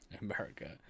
America